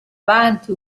avanti